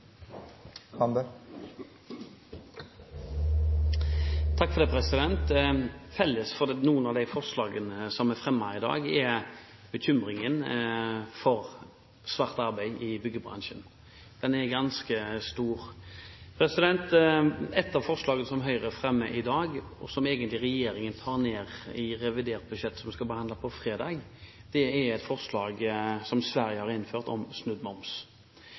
Felles for noen av de forslagene som er fremmet i dag, er bekymringen for svart arbeid i byggebransjen. Den er ganske stor. Et av forslagene som Høyre fremmer i dag – og som egentlig regjeringen tar ned i revidert budsjett som vi skal behandle på fredag – er et forslag som Sverige har innført, om snudd moms.